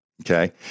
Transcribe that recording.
Okay